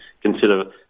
consider